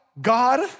God